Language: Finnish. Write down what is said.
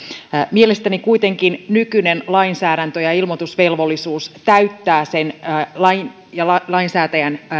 mielestäni kuitenkin nykyinen lainsäädäntö ja ilmoitusvelvollisuus täyttävät sen lainsäätäjän